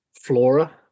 Flora